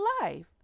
life